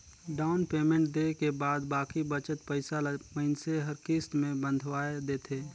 down payment देय के बाद बाकी बचत पइसा ल मइनसे हर किस्त में बंधवाए देथे